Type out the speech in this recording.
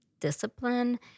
discipline